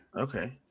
Okay